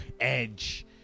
edge